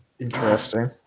Interesting